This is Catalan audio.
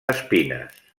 espines